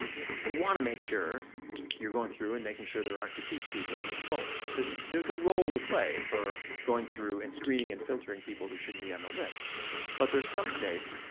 um you wanna make sure you're going through and making sure there aren't deceased people on the rolls. there's a role to play for going through and screening and filtering people who shouldn't be on the list but there's some states,